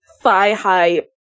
thigh-high